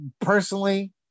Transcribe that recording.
personally